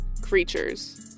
creatures